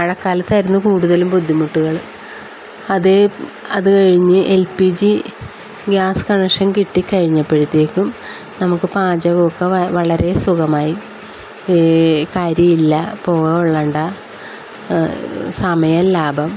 മഴക്കാലത്തായിരുന്നു കൂടുതലും ബുദ്ധിമുട്ടുകൾ അതേ അത് കഴിഞ്ഞ് L P G gas connection കിട്ടി കഴിഞ്ഞപ്പോഴത്തേക്കും നമുക്ക് പാചകം ഒക്കെ വളരെ സുഖമായി കരിയില്ല പുക കൊള്ളേണ്ട സമയം ലാഭം